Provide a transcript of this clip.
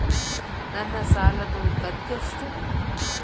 ನನ್ನ ಸಾಲದು ಕಂತ್ಯಷ್ಟು?